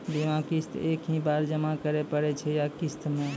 बीमा किस्त एक ही बार जमा करें पड़ै छै या किस्त मे?